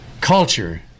culture